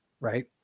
right